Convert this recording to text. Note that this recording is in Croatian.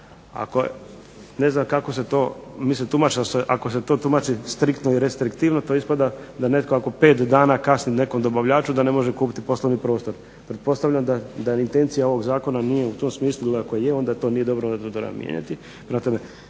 ako se to tumači striktno i restriktivno to ispada da netko ako 5 dana kasni nekom dobavljaču da ne može kupiti poslovni prostor. Pretpostavljam da intencija ovog zakona nije u tom smislu jer ako je onda to nije dobro, onda to treba mijenjati.